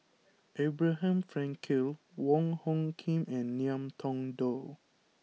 Abraham Frankel Wong Hung Khim and Ngiam Tong Dow